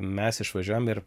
mes išvažiuojam ir